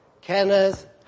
Kenneth